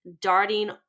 darting